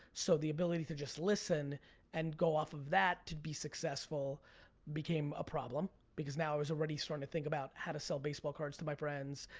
so the ability to just listen and go off of that to be successful became a problem because now i was already starting to think about how to sell baseball cards to my friends,